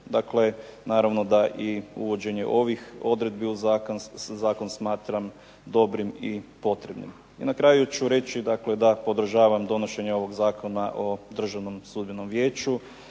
Dakle, naravno da i uvođenje ovih odredbi u zakon smatram dobrim i potrebnim. I na kraju ću reći da podržavam donošenje ovog Zakona o Državnom sudbenom vijeću,